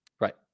Right